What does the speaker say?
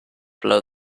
blow